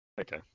Okay